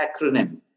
Acronym